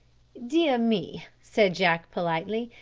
dear me, said jack politely,